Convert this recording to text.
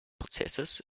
prozesses